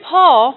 Paul